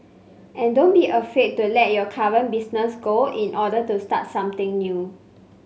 and don't be afraid to let your current business go in order to start something new